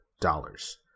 dollars